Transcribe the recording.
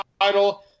title